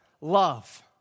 love